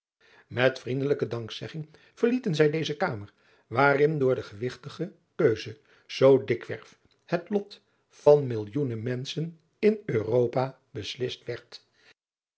et vriendelijke dankzegging verlieten zij deze kamer waarin door de gewigtige keuze zoo dikwerf het lot van millioenen menschen in uropa beslist werd